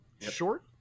short